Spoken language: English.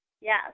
Yes